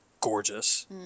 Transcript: gorgeous